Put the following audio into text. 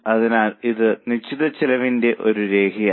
അതിനാൽ ഇത് നിശ്ചിത ചെലവിന്റെ ഒരു രേഖയാണ്